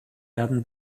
werden